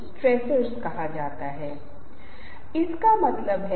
slide पढ़ने में भारी मात्रा में समय लगता है